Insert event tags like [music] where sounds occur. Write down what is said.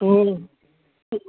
[unintelligible]